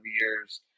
years